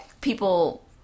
people